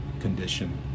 condition